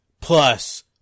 plus